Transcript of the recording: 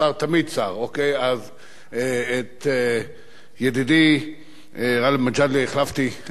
אז את ידידי גאלב מג'אדלה החלפתי במשרדי,